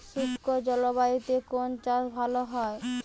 শুষ্ক জলবায়ুতে কোন চাষ ভালো হয়?